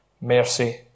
mercy